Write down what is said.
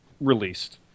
released